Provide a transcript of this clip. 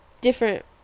different